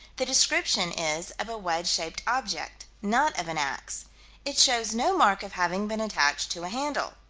the description is of a wedge-shaped object not of an ax it shows no mark of having been attached to a handle.